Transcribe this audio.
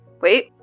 Wait